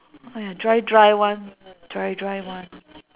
!aiya! dry dry one dry dry one